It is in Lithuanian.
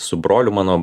su broliu mano